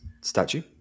statue